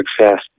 success